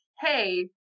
hey